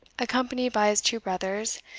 accompanied by his two brothers,